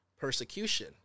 persecution